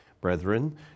Brethren